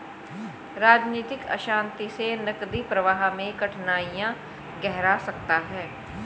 राजनीतिक अशांति से नकदी प्रवाह में कठिनाइयाँ गहरा सकता है